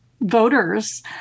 voters